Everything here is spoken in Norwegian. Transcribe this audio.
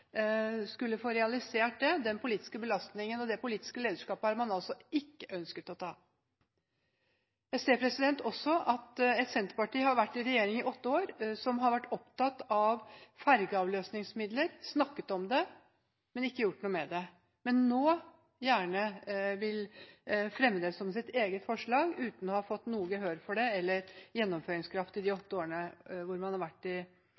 altså ikke ønsket å ta. Jeg ser også et Senterparti som har vært i regjering i åtte år, som har vært opptatt av fergeavløsningsmidler, snakket om det, men ikke gjort noe med det, men som nå gjerne vil fremme det som sitt eget forslag – uten å ha fått noe gehør for det eller gjennomføringskraft i de åtte årene man har vært i